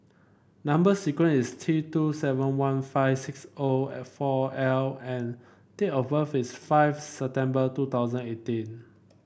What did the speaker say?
number sequence is T two seven one five six O four L and date of birth is five September two thousand eighteen